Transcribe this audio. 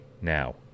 now